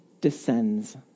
descends